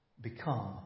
Become